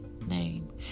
name